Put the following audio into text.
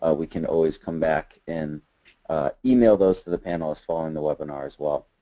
ah we can always come back and email those to the panelists following the webinar as well.